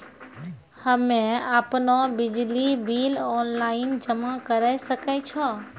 हम्मे आपनौ बिजली बिल ऑनलाइन जमा करै सकै छौ?